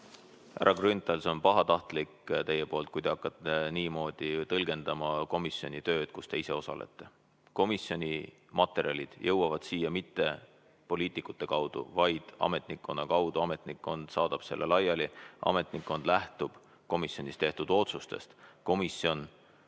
on teie poolt pahatahtlik, kui te hakkate niimoodi tõlgendama komisjoni tööd, kus te ise osalete. Komisjoni materjalid jõuavad siia mitte poliitikute kaudu, vaid ametnikkonna kaudu. Ametnikkond saadab selle laiali. Ametnikkond lähtub komisjonis tehtud otsustest. Komisjon